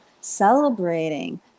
celebrating